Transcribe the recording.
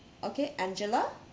okay angela